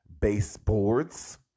baseboards